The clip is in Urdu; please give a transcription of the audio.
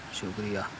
شکریہ